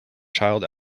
child